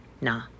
nah